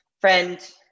friend